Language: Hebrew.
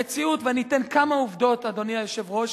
אני אתן כמה עובדות, אדוני היושב-ראש,